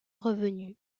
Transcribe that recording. revenue